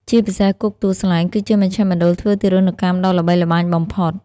ជាពិសេសគុកទួលស្លែង គឺជាមជ្ឈមណ្ឌលធ្វើទារុណកម្មដ៏ល្បីល្បាញបំផុត។